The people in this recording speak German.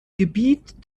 gebiet